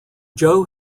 joe